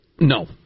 No